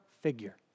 figure